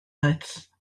retz